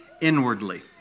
inwardly